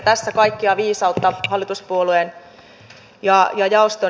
tässä meillä on vielä kirittävää